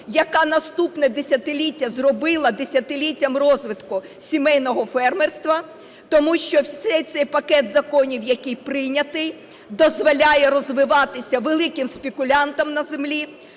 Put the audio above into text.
яка наступне десятиліття зробила десятиліттям розвитку сімейного фермерства, тому що весь цей пакет законів, який прийнятий, дозволяє розвиватися великим спекулянтам на землі,